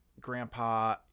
grandpa